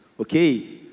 okay.